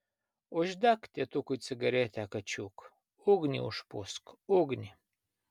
uždek tėtukui cigaretę kačiuk ugnį užpūsk ugnį